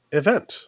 event